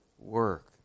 work